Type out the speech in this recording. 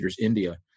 India